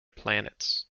planets